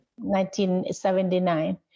1979